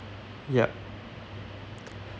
ya